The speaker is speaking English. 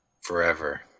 forever